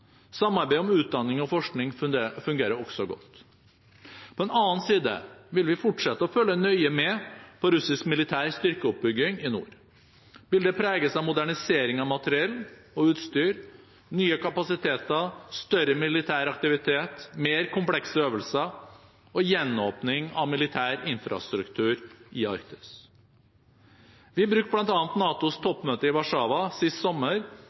Samarbeidet om utdanning og forskning fungerer også godt. På den annen side vil vi fortsette å følge nøye med på russisk militær styrkeoppbygging i nord. Bildet preges av modernisering av materiell og utstyr, nye kapasiteter, større militær aktivitet, mer komplekse øvelser og gjenåpning av militær infrastruktur i Arktis. Vi brukte bl.a. NATOs toppmøte i Warszawa sist sommer